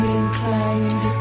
inclined